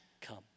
come